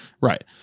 Right